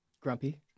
Grumpy